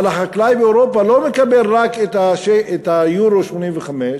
אבל החקלאי באירופה לא מקבל רק את 1.85 היורו,